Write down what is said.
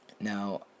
now